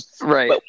Right